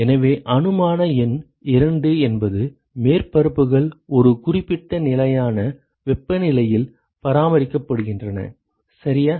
எனவே அனுமான எண் 2 என்பது மேற்பரப்புகள் ஒரு குறிப்பிட்ட நிலையான வெப்பநிலையில் பராமரிக்கப்படுகின்றன சரியா